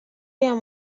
yang